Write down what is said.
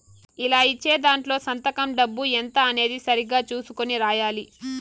ఇలా ఇచ్చే దాంట్లో సంతకం డబ్బు ఎంత అనేది సరిగ్గా చుసుకొని రాయాలి